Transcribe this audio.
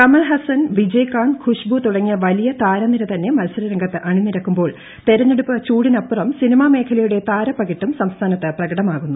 കമൽഹാസൻ വീജയ് കാന്ത് ഖുശ്ബു തുടങ്ങിയ വലിയ താരനിര തന്നെ മുത്സര രംഗത്ത് അണിനിരക്കുമ്പോൾ തെരഞ്ഞെട്ടുപ്പ് ചൂടിനപ്പുറം സിനിമാ മേഖലയുടെ താരപകിട്ടും സർസ്ഥാനത്ത് പ്രകടമാകുന്നു